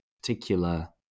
particular